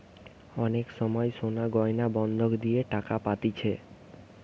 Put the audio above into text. অনেক সময় সোনার গয়না বন্ধক দিয়ে টাকা পাতিছে